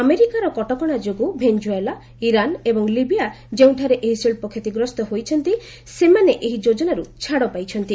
ଆମେରିକାର କଟକଣା ଯୋଗୁଁ ଭେନିଜୁଏଲା ଇରାନ ଏବଂ ଲିବିୟା ଯେଉଁଠାରେ ଏହି ଶିଳ୍ପ କ୍ଷତିଗ୍ସ ହୋଇଛନ୍ତି ସେମାନେ ଏହି ଯୋଜନାରୁ ଛାଡ଼ ପାଇଛନ୍ତି